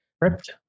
crypt